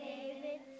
David